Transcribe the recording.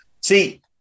See